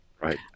Right